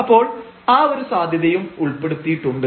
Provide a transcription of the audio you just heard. അപ്പോൾ ആ ഒരു സാധ്യതയും ഉൾപ്പെടുത്തിയിട്ടുണ്ട്